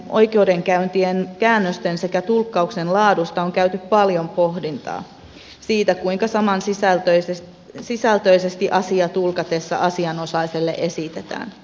oikeudenkäyntien käännösten sekä tulkkauksen laadusta on käyty paljon pohdintaa siitä kuinka samansisältöisesti asia tulkatessa asianosaiselle esitetään